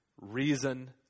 reason